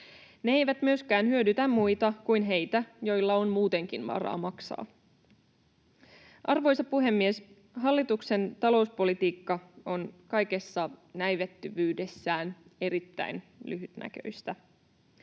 Ne eivät myöskään hyödytä muita kuin heitä, joilla on muutenkin varaa maksaa. Arvoisa puhemies! Hallituksen talouspolitiikka on kaikessa näivettyvyydessään erittäin lyhytnäköistä.